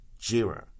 Jira